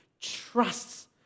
trusts